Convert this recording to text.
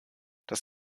das